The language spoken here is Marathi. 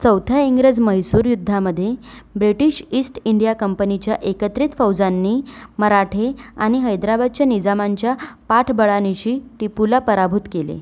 चौथ्या इंग्रज म्हैसूर युद्धामध्ये ब्रिटीश ईस्ट इंडिया कंपनीच्या एकत्रित फौजांनी मराठे आणि हैदराबादच्या निजामांच्या पाठबळानिशी टिपूला पराभूत केले